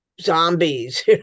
zombies